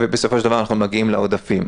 ובסופו של דבר אנחנו מגיעים לעודפים.